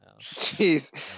Jeez